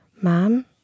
Mom